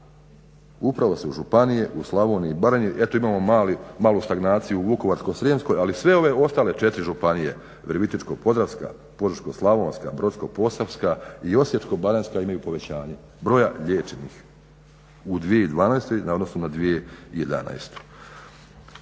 upravo županije u Slavoniji i Baranji. Eto imamo malu stagnaciju u Vukovarsko-srijemskoj ali sve ove ostale 4 županije, Virovitičko-podravska, Požeško-slavonska, Brodsko-posavska i Osječko-baranjska imaju povećanje broja liječenih u 2012. u odnosu na 2011.